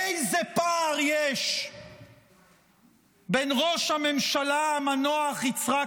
איזה פער יש בין ראש הממשלה המנוח יצחק